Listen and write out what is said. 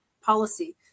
policy